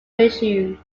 issues